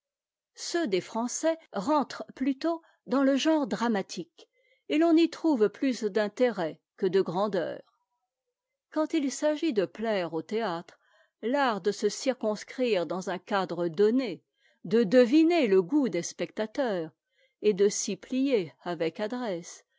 ceux des français rentrent plutôt dans le genre dramatique et l'on y trouve plus d'intérêt que de grandeur quand il s'agit de plaire au théâtre l'art de se circonscrire dans un cadre donné de deviner le goût des spectateurs et de s'y plier avec adresse